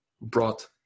brought